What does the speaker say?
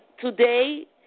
today